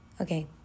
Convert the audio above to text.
Okay